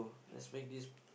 lets make this